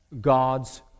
God's